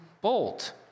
Bolt